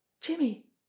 Jimmy